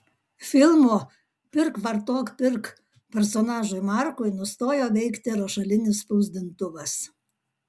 filmo pirk vartok pirk personažui markui nustojo veikti rašalinis spausdintuvas